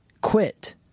quit